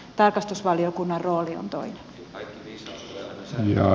tarkastusvaliokunnan rooli on toinen